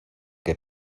que